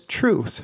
truth